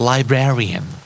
Librarian